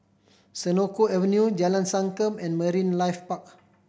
Senoko Avenue Jalan Sankam and Marine Life Park